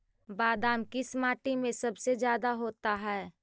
बादाम किस माटी में सबसे ज्यादा होता है?